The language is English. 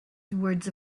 words